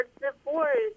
divorce